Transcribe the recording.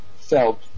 felt